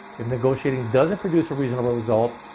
if negotiating doesn't produce a reasonable result,